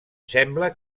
sembla